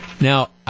Now